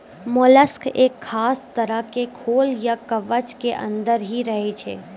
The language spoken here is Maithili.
मोलस्क एक खास तरह के खोल या कवच के अंदर हीं रहै छै